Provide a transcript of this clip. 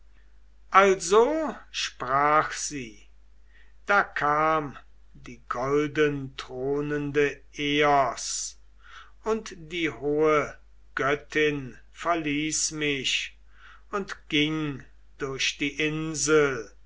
also sprach sie da kam die goldenthronende eos und die hohe göttin verließ mich und ging durch die insel